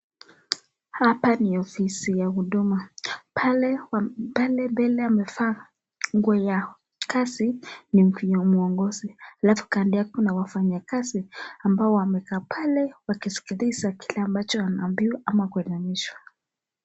Hapa ni ofisi ya huduma. Pale mbele wamevaa nguo ya kazi ni mwongozi alafu kando yake kuna wafanyikazi ambao wamekaa pale wakisikiliza kile ambacho wanaambiwa ama kuendanisha.